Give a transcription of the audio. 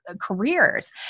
careers